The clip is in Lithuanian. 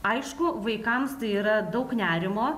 aišku vaikams tai yra daug nerimo